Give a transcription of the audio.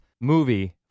movie